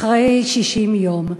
אחרי 60 יום.